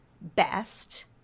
best